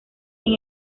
sin